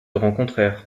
rencontrèrent